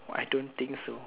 I don't think so